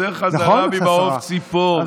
אבל אני חוזר חזרה ממעוף ציפור,